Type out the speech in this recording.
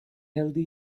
healthy